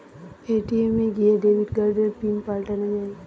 ATM এ গিয়ে debit কার্ডের পিন পাল্টানো যায়